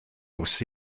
bws